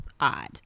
odd